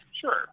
Sure